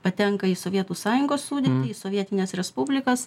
patenka į sovietų sąjungos sudėtį į sovietines respublikas